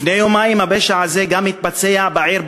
לפני יומיים הפשע הזה התבצע גם בעיר באקה-אלע'רביה,